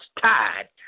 tied